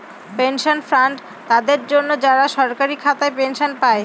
pension fund তাদের জন্য, যারা সরকারি খাতায় পেনশন পায়